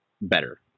better